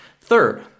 Third